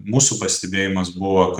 mūsų pastebėjimas buvo kad